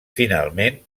finalment